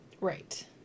Right